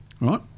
Right